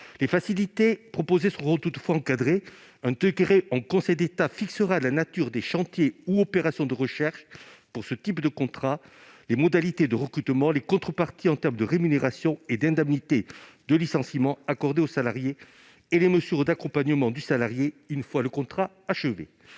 Les facilités proposées seront toutefois encadrées : un décret en Conseil d'État fixera la nature des chantiers ou opérations de recherche pour ce type de contrat, les modalités de recrutement, les contreparties en termes de rémunération et d'indemnité de licenciement accordées au salarié, et les mesures d'accompagnement de ce dernier une fois le contrat achevé.